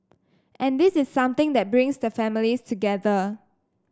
and this is something that brings the families together